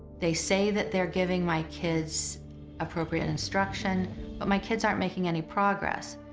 they say that they're giving my kids appropriate instruction but my kids aren't making any progress.